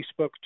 Facebook